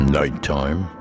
nighttime